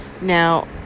Now